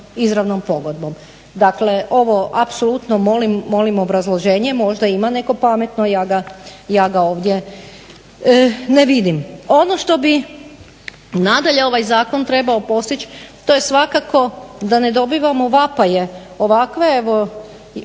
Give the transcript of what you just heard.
izravnom pogodbom. Dakle ovo apsolutno molim obrazloženje, možda ima neko pametno, ja ga ovdje ne vidim. Ono što bi nadalje ovaj zakon trebao postić', to je svakako da ne dobivamo vapaje ovakve, evo